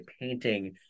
painting